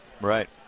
Right